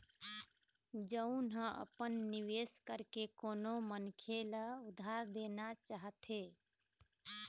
जउन ह अपन निवेश करके कोनो मनखे ल उधार देना चाहथे